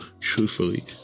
truthfully